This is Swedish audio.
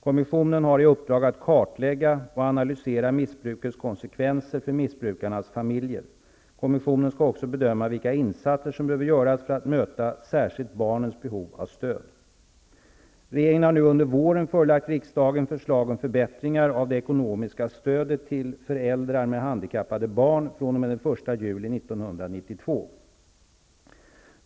Kommissionen har i uppdrag att kartlägga och analysera missbrukets konsekvenser för missbrukarnas familjer. Kommissionen skall också bedöma vilka insatser som behöver göras för att möta särskilt barnens behov av stöd. - Regeringen har nu under våren förelagt riksdagen förslag om förbättringar av det ekonomiska stödet till föräldrar med handikappade barn fr.o.m. den 1 juli 1992.